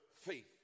Faith